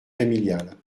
familiale